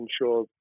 ensure